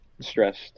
stressed